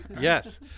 yes